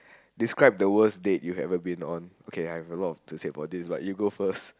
describe the worst dates you have ever been on okay I have a lot to say about this but you go first